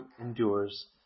endures